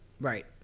Right